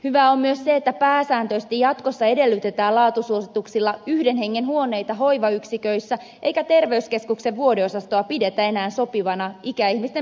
hyvä on myös se että pääsääntöisesti jatkossa edellytetään laatusuosituksilla yhden hengen huoneita hoivayksiköissä eikä terveyskeskuksen vuodeosastoa pidetä enää sopivana ikäihmisten pysyväiseen hoivaan